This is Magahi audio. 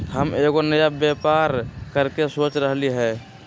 हम एगो नया व्यापर करके सोच रहलि ह